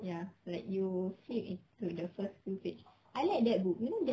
ya like you flip into the first few page I like that book you know